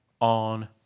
on